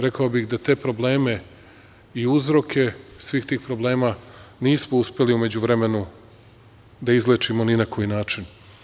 Rekao bih da te probleme i uzroke svih tih problema nismo uspeli u međuvremenu da izlečimo ni na koji način.